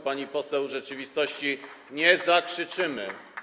Pani poseł, rzeczywistości nie zakrzyczymy.